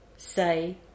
say